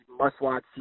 must-watch